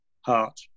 Heart